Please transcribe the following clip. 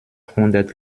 hundert